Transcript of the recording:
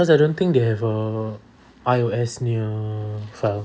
cause I don't think they have a I_O_S punya file